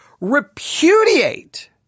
repudiate